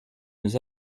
nous